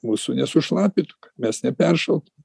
mūsų nesušlapintų kad mes neperšaltum